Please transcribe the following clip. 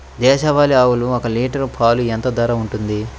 దేశవాలి ఆవులు ఒక్క లీటర్ పాలు ఎంత ధర ఉంటుంది?